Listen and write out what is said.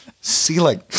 ceiling